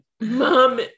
mom